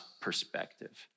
perspective